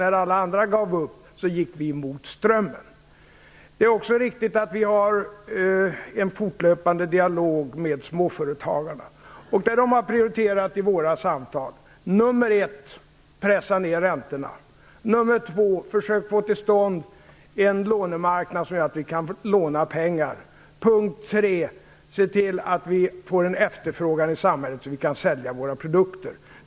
När alla andra gav upp gick vi mot strömmen. Det är också riktigt att vi har en fortlöpande dialog med småföretagarna. Det som de har prioriterat i våra samtal har för det första varit att pressa ned räntorna, för det andra att försöka få till stånd en lånemarknad som gör att de kan låna pengar och för det tredje att se till att det blir en efterfrågan i samhället, så att de kan sälja sina produkter.